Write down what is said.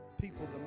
people